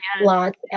lots